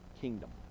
kingdom